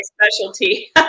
specialty